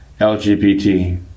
LGBT